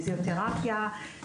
פיזיותרפיה,